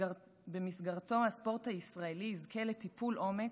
שבמסגרתו הספורט הישראלי יזכה לטיפול עומק,